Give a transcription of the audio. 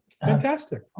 Fantastic